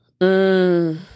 Mmm